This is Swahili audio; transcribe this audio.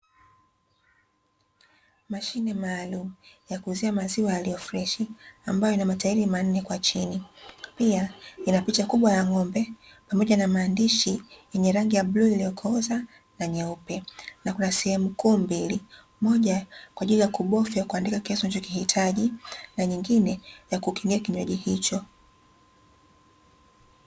Mashine maalumu ya kuuzia maziwa yaliyo freshi, ambayo ina matairi manne kwa chini. Pia ina picha kubwa ya ng'ombe, pamoja na maandishi yenye rangi ya bluu iliyokoza na nyeupe. Na kuna sehemu kuu mbili, moja kwa ajili ya kubofya kuandika kiasi unachohitaji, na nyingine ya kukingia kinywaji hicho.